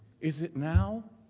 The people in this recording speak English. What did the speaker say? is it now,